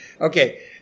Okay